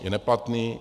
Je neplatný?